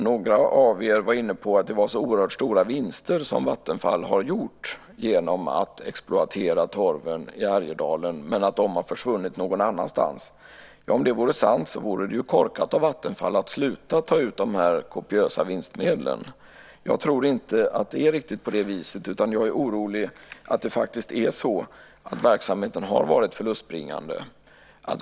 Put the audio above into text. Några av er var inne på att det var så oerhört stora vinster som Vattenfall har gjort genom att exploatera torven i Härjedalen men att de har försvunnit någon annanstans. Om det vore sant vore det ju korkat av Vattenfall att sluta att ta ut de kopiösa vinstmedlen. Jag tror inte att det är riktigt på det viset. Jag är orolig att det faktiskt är så att verksamheten har varit förlustbringande.